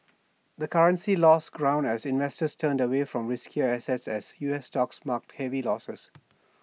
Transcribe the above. the currency lost ground as investors turned away from riskier assets as U S stocks marked heavy losses